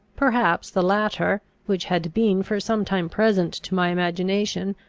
perhaps the latter, which had been for some time present to my imagination,